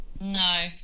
No